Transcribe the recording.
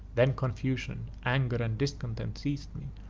then confusion, anger, and discontent seized me,